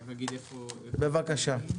בבקשה.